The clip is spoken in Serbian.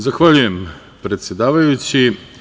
Zahvaljujem, predsedavajući.